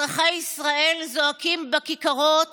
אזרחי ישראל זועקים בכיכרות